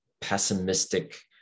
pessimistic